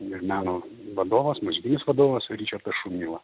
ir meno vadovas muzikinis vadovas ričardas šumila